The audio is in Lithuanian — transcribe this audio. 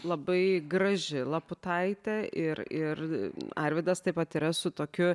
labai graži laputaitė ir ir arvidas taip pat yra su tokiu